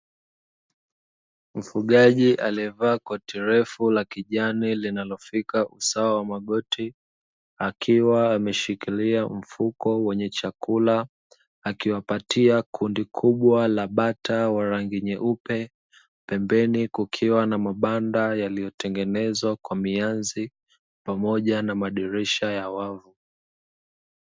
Mfugaji aliye vaa koti refu la kijani linalofika usawa wa magoti, akiwa ameshikilia mfuko wenye chakula, akiwapatia kundi kubwa la bata wa rangi nyeupe pembeni kukiwa na mabanda yaliyotengenezwa kwa mianzi pamoja na madirisha ya wavu.